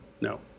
no